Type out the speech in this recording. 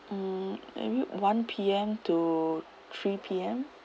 mm maybe one P_M to three P_M